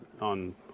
On